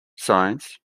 science